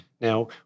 Now